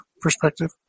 perspective